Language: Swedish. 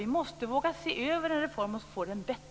Vi måste våga se över en reform så att den blir bättre.